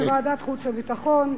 בוועדת חוץ וביטחון.